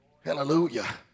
hallelujah